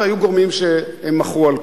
והיו גורמים שמחו על כך.